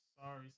Sorry